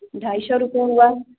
ढाई सौ रुपए हुआ